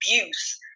abuse